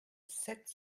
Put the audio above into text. sept